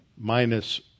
minus